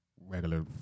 regular